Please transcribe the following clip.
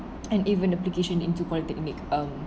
and even application into polytechnic um